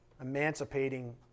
emancipating